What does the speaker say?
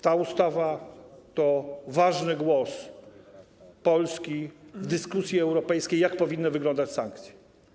Ta ustawa to ważny głos Polski w dyskusji europejskiej o tym, jak powinny wyglądać sankcje.